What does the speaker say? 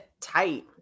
tight